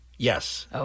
Yes